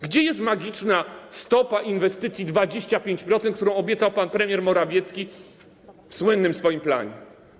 Gdzie jest magiczna stopa inwestycji 25%, którą obiecał pan premier Morawiecki w swoim słynnym planie?